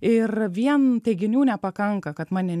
ir vien teiginių nepakanka kad mane